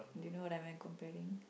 do you know am I comparing